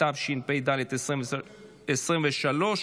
התשפ"ד 2023,